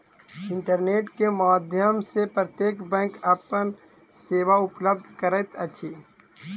internet के माध्यम सॅ प्रत्यक्ष बैंक अपन सेवा उपलब्ध करैत अछि